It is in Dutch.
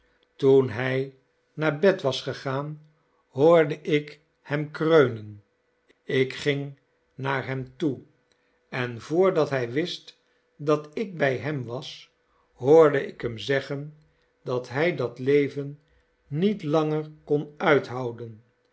toen hij naar bed was gegaan hoorde ik hem kreunen ik ging naar hem toe en voordat hij wist dat ik bij hem was hoorde ik hem zeggen dat hij dat leven niet langer kon uithouden